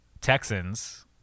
Texans